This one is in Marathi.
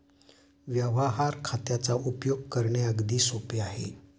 व्यवहार खात्याचा उपयोग करणे अगदी सोपे आहे